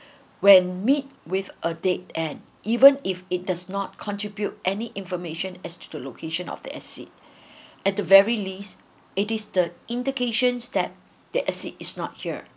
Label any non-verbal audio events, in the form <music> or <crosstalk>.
when meet with a date and even if it does not contribute any information as to the location of the exit <breath> at the very least it is the indications that the exit is not here